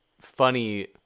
funny